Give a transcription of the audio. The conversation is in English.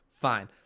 fine